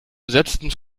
besetzten